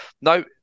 no